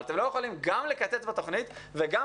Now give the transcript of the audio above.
אבל אתם לא יכולים גם לקצץ בתוכנית וגם